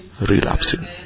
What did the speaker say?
relapsing